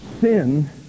sin